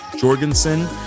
Jorgensen